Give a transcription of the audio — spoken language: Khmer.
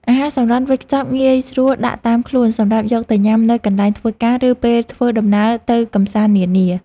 អាហារសម្រន់វេចខ្ចប់ងាយស្រួលដាក់តាមខ្លួនសម្រាប់យកទៅញ៉ាំនៅកន្លែងធ្វើការឬពេលធ្វើដំណើរទៅកម្សាន្តនានា។